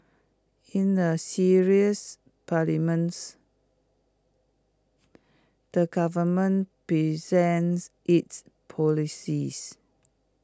in the serious parliaments the government presents its policies